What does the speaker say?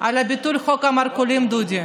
על ביטול חוק המרכולים, דודי?